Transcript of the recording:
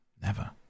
Never